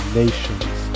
nations